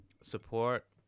support